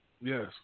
Yes